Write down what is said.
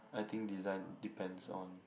I think design depends on